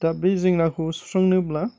दा बे जेंनाखौ सुस्रांनोब्ला